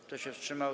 Kto się wstrzymał?